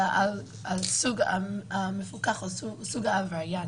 אלא על הפיקוח או על סוג העבריין.